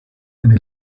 eine